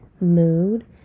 mood